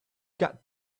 got